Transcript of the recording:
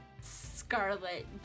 Scarlet